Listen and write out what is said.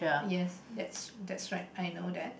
yes that's that's right I know that